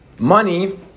Money